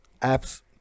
apps